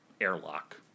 airlock